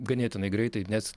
ganėtinai greitai nes